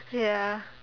ya